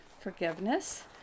forgiveness